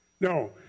No